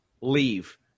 leave